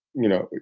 you know,